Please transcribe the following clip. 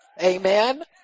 Amen